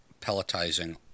pelletizing